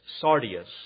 sardius